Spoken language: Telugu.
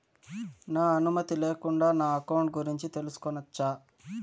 నా అనుమతి లేకుండా నా అకౌంట్ గురించి తెలుసుకొనొచ్చా?